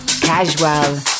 casual